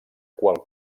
qual